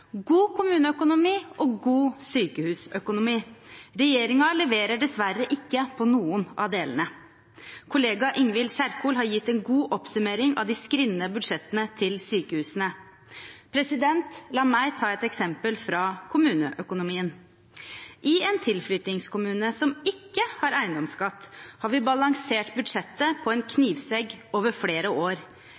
god kommuneøkonomi og god sykehusøkonomi. Regjeringen leverer dessverre ikke på noen av delene. Kollega Ingvild Kjerkol har gitt en god oppsummering av de skrinne budsjettene til sykehusene. La meg ta et eksempel fra kommuneøkonomien. I en tilflyttingskommune som ikke har eiendomsskatt, har vi balansert budsjettet på en knivsegg over flere år.